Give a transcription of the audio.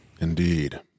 Indeed